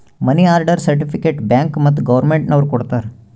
ಮನಿ order certificate bank ಮತ್ತ್ government ನವ್ರು ಕೊಡ್ತಾರ